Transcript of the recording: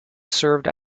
served